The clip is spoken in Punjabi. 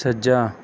ਸੱਜਾ